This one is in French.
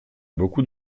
beaucoup